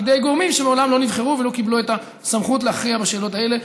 בידי גורמים שמעולם לא נבחרו ולא קיבלו את הסמכות להכריע בשאלות האלה.